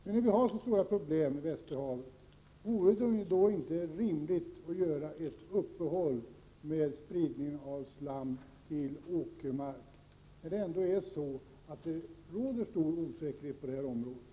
När vi nu har så stora problem i Västerhavet, vore det då inte rimligt att göra ett uppehåll med spridningen av slam på åkermarken, eftersom det ändå råder så stor osäkerhet om vilka effekter slamspridningen egentligen medför?